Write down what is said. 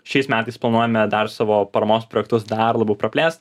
šiais metais planuojame dar savo paramos projektus dar labiau praplėst